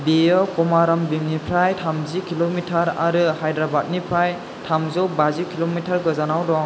बेयो कमाराम भीमनिफ्राय थामजि किल'मितार आरो हायद्राबादनिफ्राय थामजौ बाजि किल'मिटार गोजानाव दं